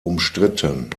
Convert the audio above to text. umstritten